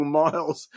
miles